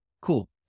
Cool